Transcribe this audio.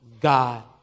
God